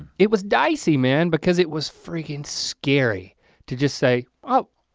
it was dicey man, because it was freaking scary to just say, oh,